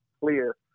clear